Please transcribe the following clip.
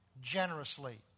generously